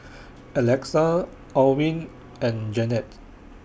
Alexa Allyn and Janette